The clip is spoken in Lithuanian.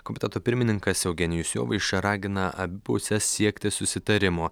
komiteto pirmininkas eugenijus jovaiša ragina abi puses siekti susitarimo